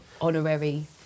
honorary